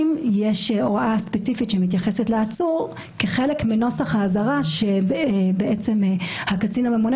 יש הוראה ספציפית שמתייחסת לעצור כחלק מנוסח האזהרה שהקצין הממונה